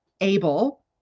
able